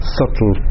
subtle